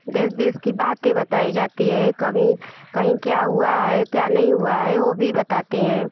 देश देश की बातें बताई जाती है कभी कहीं क्या हुआ है क्या नहीं हुआ है वो भी बताते हैं